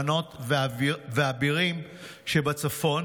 מנות ואבירים שבצפון.